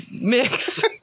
mix